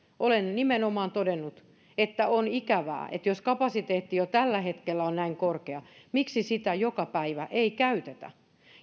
olen nimenomaan todennut että on ikävää että jos kapasiteetti jo tällä hetkellä on näin korkea miksi sitä joka päivä ei käytetä